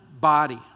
body